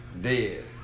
Dead